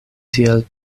tiel